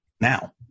now